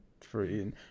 free